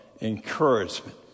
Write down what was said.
encouragement